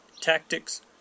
tactics